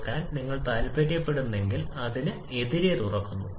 അത് എല്ലാ അർത്ഥത്തിലും പൂർണ്ണമാണ് അല്ലെങ്കിൽ എല്ലാ അർത്ഥത്തിലും ഇല്ല